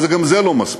אבל גם זה לא מספיק.